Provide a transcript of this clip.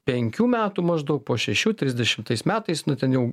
penkių metų maždaug po šešių trisdešimtais metais nu ten jau